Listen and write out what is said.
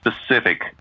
specific